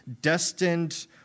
destined